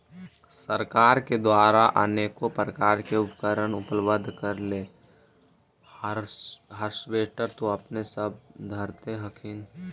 सरकार के द्वारा अनेको प्रकार उपकरण उपलब्ध करिले हारबेसटर तो अपने सब धरदे हखिन?